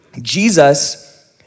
Jesus